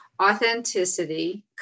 Authenticity